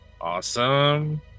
Awesome